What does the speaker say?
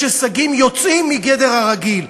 יש הישגים יוצאים מגדר הרגיל,